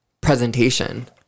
presentation